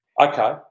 Okay